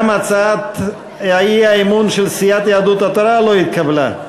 גם הצעת האי-אמון של סיעת יהדות התורה לא התקבלה.